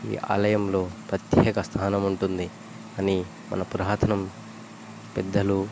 ఈ ఆలయంలో ప్రత్యేక స్థానం ఉంటుంది అని మన పురాతనం పెద్దలు